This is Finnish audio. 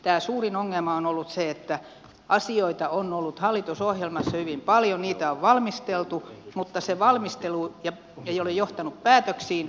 tämä suurin ongelma on ollut se että asioita on ollut hallitusohjelmassa hyvin paljon ja niitä on valmisteltu mutta se valmistelu ei ole johtanut päätöksiin